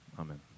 Amen